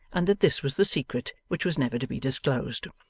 and that this was the secret which was never to be disclosed.